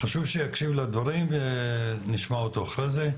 חשוב שיקשיב לדברים ונשמע אותו אחרי זה,